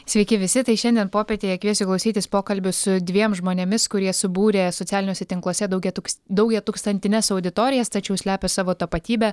sveiki visi tai šiandien popietėje kviesiu klausytis pokalbio su dviem žmonėmis kurie subūrė socialiniuose tinkluose daugiatūks daugiatūkstantines auditorijas tačiau slepia savo tapatybę